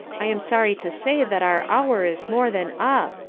i am sorry to say that our hour is more than up,